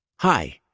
hi,